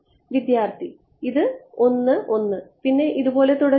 വിദ്യാർത്ഥി ഇത് 1 1 പിന്നെ ഇതുപോലെ തുടരുമോ